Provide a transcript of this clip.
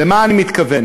למה אני מתכוון?